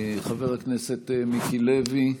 חבר הכנסת מיקי לוי,